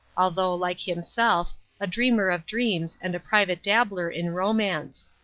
although like himself a dreamer of dreams and a private dabbler in romance.